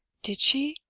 did she?